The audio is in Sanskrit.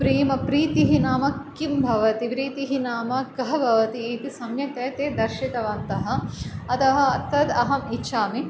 प्रेमप्रीतिः नाम किं भवति प्रीतिः नाम कः भवति इति सम्यक्तया ते दर्शितवन्तः अतः तद् अहम् इच्छामि